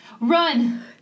run